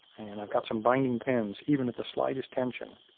and i've got some binding pins even at the slightest tension.